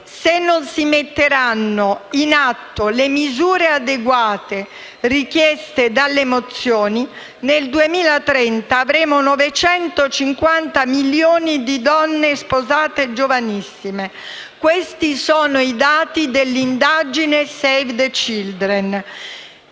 se non si metteranno in atto le misure adeguate richieste dalle mozioni, nel 2030 avremo 950 milioni di donne sposate giovanissime. Questi sono i dati dell'indagine di Save the Children.